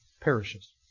perishes